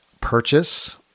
purchase